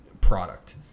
product